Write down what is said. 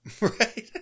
right